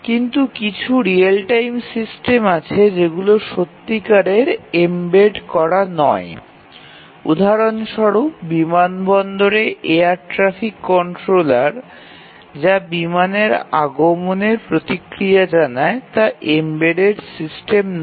কিন্তু কিছু real time system আছে যেগুলো সত্যিকারের এম্বেড করা নয় উদাহরণ স্বরূপ বিমানবন্দরে এয়ার ট্রাফিক কন্ট্রোলার যা বিমানের আগমনের প্রতিক্রিয়া জানায় তা এম্বেডেড সিস্টেম নয়